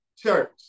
Church